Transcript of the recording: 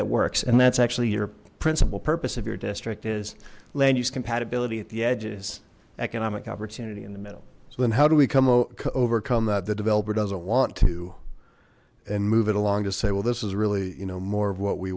that works and that's actually your principal purpose of your district is land use compatibility at the edges economic opportunity in the middle so then how do we come overcome that the developer doesn't want to and move it along to say well this is really you know more of what we